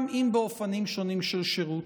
גם אם באופנים שונים של שירות.